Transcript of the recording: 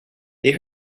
they